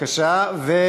בבקשה.